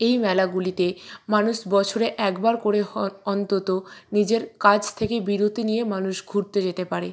এই মেলাগুলিতে মানুষ বছরে একবার করে অন্তত নিজের কাজ থেকে বিরতি নিয়ে মানুষ ঘুরতে যেতে পারে